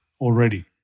already